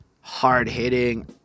hard-hitting